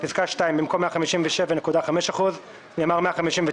(ב)בפסקה (2), במקום "157.5%" נאמר "159.9%".